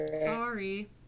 Sorry